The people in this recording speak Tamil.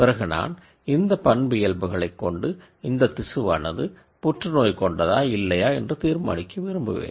பிறகு நான் இந்த கேரக்டரிஸ்டிக்குகளைக் கொண்டு இந்த திசுவானது புற்றுநோய் கொண்டதா இல்லையா என்று தீர்மானிக்க விரும்புவேன்